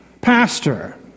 pastor